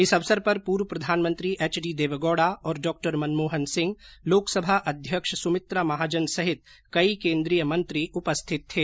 इस अवसर पर पूर्व प्रधानमंत्री एचडी देवगोडा और डॉ मनमोहन सिंह लोकसभा अध्यक्ष सुमित्रा महाजन सहित कई केन्द्रीय मंत्री उपस्थित थे